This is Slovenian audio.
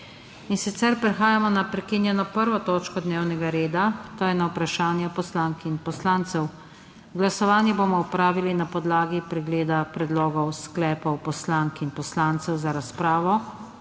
naprav. **Prehajamo na****prekinjeno 1. točko dnevnega reda, to je na Vprašanja poslank in poslancev.** Glasovanje bomo opravili na podlagi pregleda predlogov sklepov poslank in poslancev za razpravo